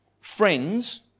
friends